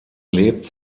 lebt